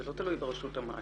זה לא תלוי ברשות המים.